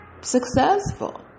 successful